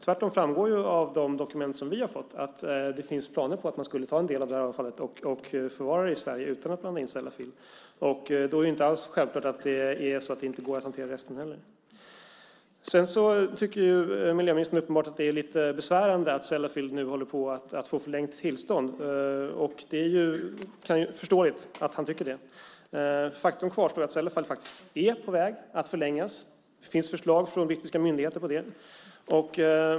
Tvärtom framgår det av de dokument som vi har fått att det finns planer på att man skulle ta en del av det här avfallet och förvara det i Sverige utan att blanda in Sellafield. Då är det inte alls självklart att det inte går att hantera resten. Sedan tycker miljöministern uppenbarligen att det är lite besvärande att Sellafield nu håller på att få ett förlängt tillstånd, och det är förståeligt att han tycker det. Faktum kvarstår att verksamheten vid Sellafield faktiskt är på väg att förlängas. Det finns förslag från brittiska myndigheter på det.